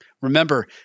Remember